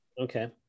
Okay